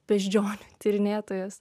beždžionių tyrinėtojas